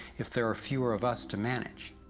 if there are fewer of us to manage.